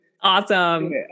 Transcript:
Awesome